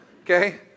okay